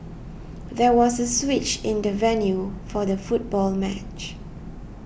there was a switch in the venue for the football match